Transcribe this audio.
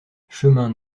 chemin